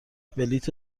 بلیت